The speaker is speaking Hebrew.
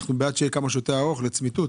חידוש הדירות.